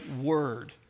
word